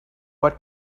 what